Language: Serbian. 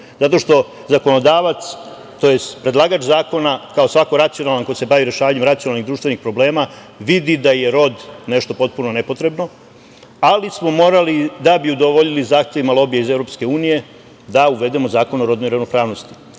zato što zakonodavac, tj. predlagač zakona, kao svako racionalan ko se bavi rešavanjem racionalnih društvenih problema, vidi da je rod nešto potpuno nepotrebno, ali smo morali, da bi udovoljili zahtevima lobija iz Evropske unije, da uvedemo Zakon o rodnoj ravnopravnosti. Inače,